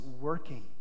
working